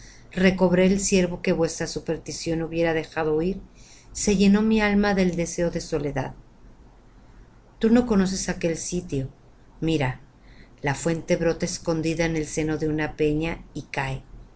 recobré el ciervo que vuestra superstición hubiera dejado huir se llenó mi alma del deseo de la soledad tú no conoces aquel sitio mira la fuente brota escondida en el seno de una peña y cae